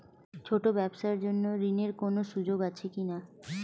ছোট ব্যবসার জন্য ঋণ এর কোন সুযোগ আছে কি না?